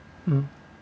mm